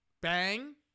bang